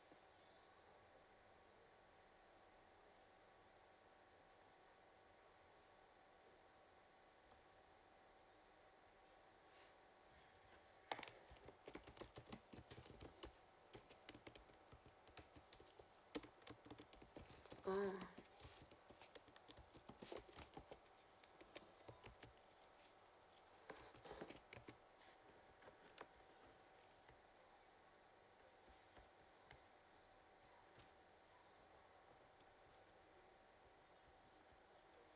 oh